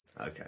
Okay